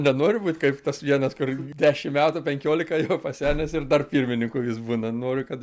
nenoriu būt kaip tas vietas kur dešim metų penkiolika jau pasenęs ir dar pirmininku jis būna noriu kad